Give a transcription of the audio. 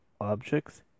objects